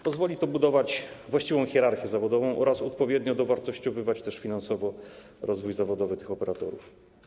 Pozwoli to budować właściwą hierarchię zawodową oraz odpowiednio dowartościowywać, także finansowo, rozwój zawodowy tych operatorów.